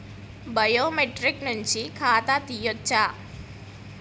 Biometric నుంచి ఖాతా తీయచ్చా?